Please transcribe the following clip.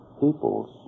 peoples